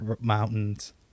mountains